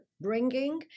bringing